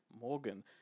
Morgan